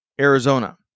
Arizona